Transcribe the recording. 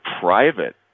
private